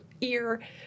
ear